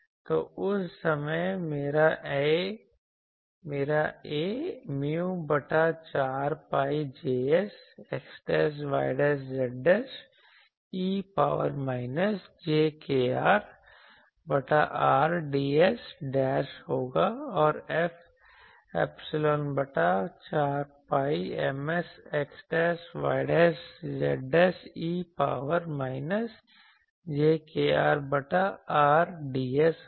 तो उस समय मेरा A mu बटा 4 pi Js xyz e power minus j kR बटा R ds होगा और F ऐपसीलोन बटा 4 pi Ms xyz e power minus j kR बटा R ds होगा